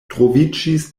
troviĝis